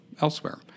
elsewhere